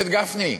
חבר הכנסת גפני,